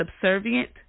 subservient